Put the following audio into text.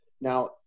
Now